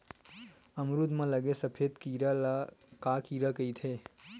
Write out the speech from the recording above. अमरूद म लगे सफेद कीरा ल का कीरा कइथे?